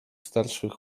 starszych